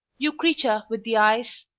you creature with the eyes!